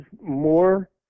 more